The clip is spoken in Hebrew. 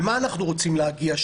למה אנחנו רוצים להגיע?